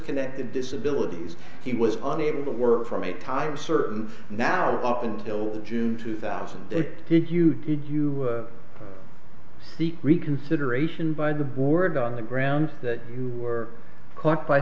connected disability he was unable to work from a time certain now up until june two thousand it did you did you seek reconsideration by the board on the grounds that you were caught by